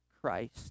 Christ